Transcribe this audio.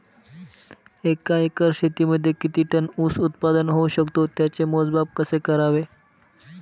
एका एकर शेतीमध्ये किती टन ऊस उत्पादन होऊ शकतो? त्याचे मोजमाप कसे करावे?